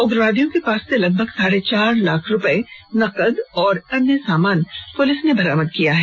उग्रवादियों के पास से लगभग साढ़े चार लाख रुपए नकद और अन्य सामान भी पुलिस ने बरामद किया है